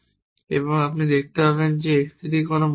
এবং আপনি দেখতে পাবেন যে x 3 এর কোনো মান নেই